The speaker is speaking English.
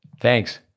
Thanks